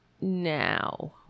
now